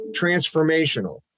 transformational